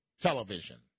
television